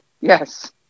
yes